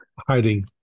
hiding